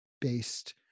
based